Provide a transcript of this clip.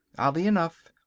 oddly enough,